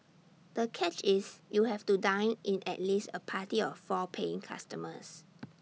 the catch is you have to dine in at least A party of four paying customers